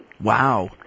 Wow